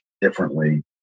differently